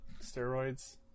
steroids